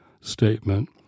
statement